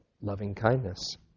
loving-kindness